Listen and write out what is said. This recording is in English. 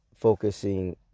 focusing